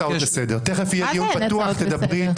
אין הצעות לסדר, תכף יהיה דיון פתוח, תדברי.